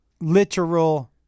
Literal